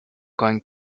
going